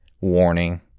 warning